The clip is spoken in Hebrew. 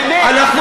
אדוני השר,